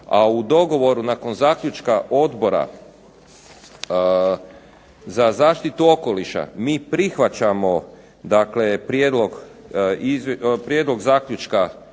a u dogovoru nakon zaključka Odbora za zaštitu okoliša mi prihvaćamo Prijedlog zaključka